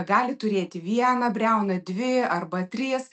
gali turėti vieną briauną dvi arba tris